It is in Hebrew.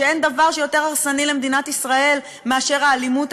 כשאין דבר שהוא יותר הרסני למדינת ישראל מאשר האלימות,